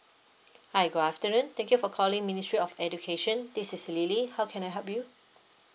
hi good afternoon thank you for calling ministry of education this is lily how can I help you